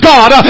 God